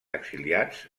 exiliats